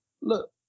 Look